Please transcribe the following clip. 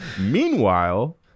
Meanwhile